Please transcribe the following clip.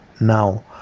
Now